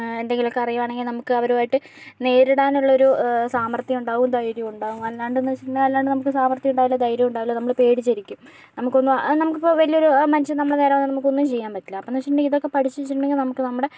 എന്തെങ്കിലും ഒക്കെ അറിയുണങ്കിൽ നമുക്ക് അവരുമായിട്ട് നേരിടാനുള്ള ഒരു സാമർത്ഥ്യം ഉണ്ടാവും ധൈര്യവും ഉണ്ടാവും അല്ലാണ്ട് എന്ന് വെച്ചിട്ടുണ്ടങ്കിൽ അല്ലാണ്ട് നമുക് സാമർത്യവും ഉണ്ടാവില്ല ധൈര്യവും ഉണ്ടാവില്ല നമ്മള് പേടിച്ചിരിക്കും നമുക്കൊന്ന് ആ നമുക്കിപ്പോൾ ഒരു വലിയ മനുഷ്യൻ നമ്മളെ നേരെ വന്നാൽ നമുക്കൊന്നും ചെയ്യാൻ പറ്റില്ല അപ്പൊന്ന് വെച്ചിട്ടുണ്ടങ്കിൽ ഇതൊക്കെ പഠിച്ചു വെച്ചിട്ടുണ്ടങ്കിൽ നമുക്ക് നമ്മുടെ